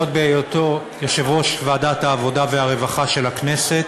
עוד בהיותו יושב-ראש ועדת העבודה והרווחה של הכנסת,